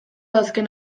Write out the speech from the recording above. azken